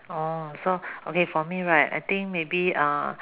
orh so okay for me right I think maybe uh